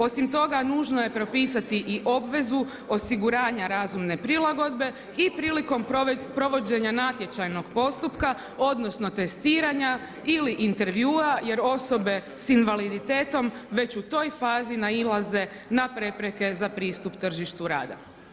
Osim toga, nužno je propisati i obvezu osiguranja razumne prilagodbe i prilikom provođenja natječajnog postupka, odnosno testiranja ili intervjua, jer osoba s invaliditetom već u toj fazi nailaze na prepreke za pristup tržištu rada.